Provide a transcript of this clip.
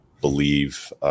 believe